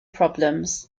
problems